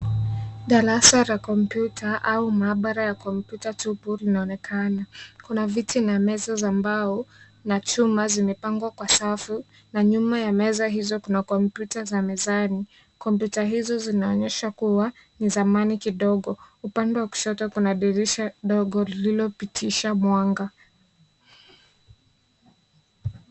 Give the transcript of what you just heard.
Darasa la kompyuta au maabara ya kompyuta tupu linaonekana, kuna viti na meza za mbao na chuma zimepangwa kwa safu na nyuma ya meza hizo kuna kompyuta za mezani, kompyuta hizo zinaonyesha kua ni zamani kidogo, upande wa kushoto kuna dirisha ndogo lililopitisha mwanga.